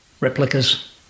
replicas